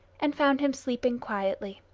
and found him sleeping quietly.